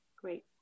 Great